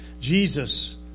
Jesus